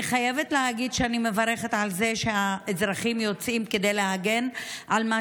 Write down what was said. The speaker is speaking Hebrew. אני חייבת להגיד שאני מברכת על זה שהאזרחים יוצאים להגן על מה